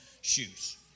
shoes